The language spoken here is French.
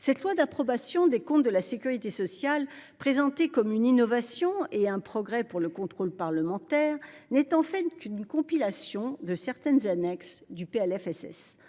Ce projet de loi d’approbation des comptes de la sécurité sociale, présenté comme une innovation et un progrès pour le contrôle parlementaire, n’est en fait qu’une compilation de certaines annexes du projet